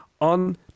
on